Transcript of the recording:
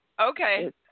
Okay